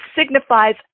signifies